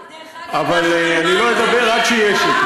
אבל אני לא אדבר עד שיהיה שקט.